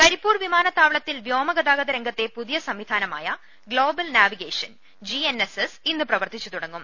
കരിപ്പൂർ വിമാനത്താവളത്തിൽ വ്യോമഗതാഗത രംഗത്തെ പുതിയ സംവിധാനമായ global navigation G N S S ഇന്ന് പ്രവർത്തിച്ചു തുടങ്ങും